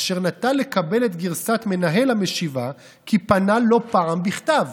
אשר נטה לקבל את גרסת מנהל המשיבה כי פנה לא פעם בכתב.